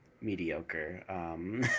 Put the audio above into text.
mediocre